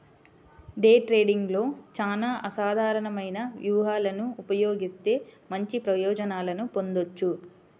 day ట్రేడింగ్లో చానా అసాధారణమైన వ్యూహాలను ఉపయోగిత్తే మంచి ప్రయోజనాలను పొందొచ్చు